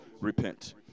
repent